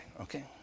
Okay